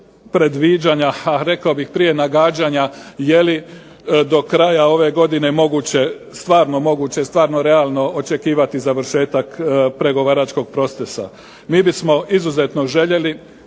predviđanja, a rekao bih prije nagađanja, je li do kraja ove godine moguće stvarno moguće, stvarno realno očekivati završetak pregovaračkog procesa. Mi bismo izuzetno željeli